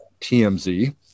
TMZ